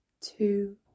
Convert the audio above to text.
two